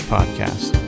Podcast